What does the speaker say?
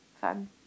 fun